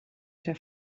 esa